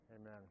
Amen